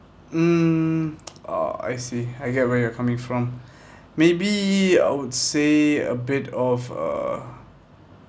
mm ah I see I get where you're coming from maybe I would say a bit of a